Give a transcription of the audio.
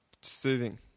soothing